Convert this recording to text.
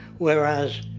whereas,